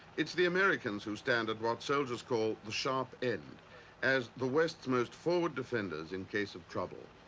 it's the americans who stand at what soldiers call the sharp end as the west's most forward defenders in case of trouble.